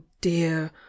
dear